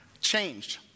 changed